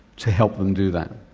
to help them do that?